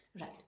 right